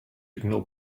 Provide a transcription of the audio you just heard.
ignore